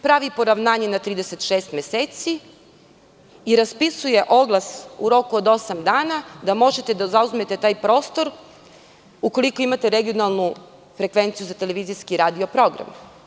Pravi poravnanje na 36 meseci i raspisuje oglas u roku od osam dana da možete da zauzmete taj prostor ukoliko imate regionalnu frekvenciju za televizijski radio program.